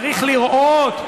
צריך לראות,